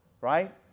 Right